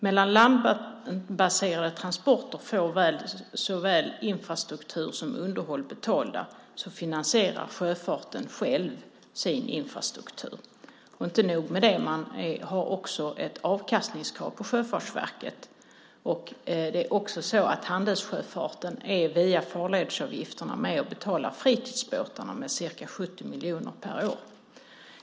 Medan landbaserade transporter får såväl infrastruktur som underhåll betalda finansierar sjöfarten själv sin infrastruktur. Men det är inte nog med det - man har också ett avkastningskrav på Sjöfartsverket. Handelssjöfarten är via farledsavgifterna med och betalar fritidsbåtarna med ca 70 miljoner per år.